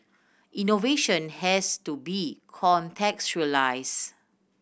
innovation has to be contextualised